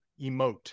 emote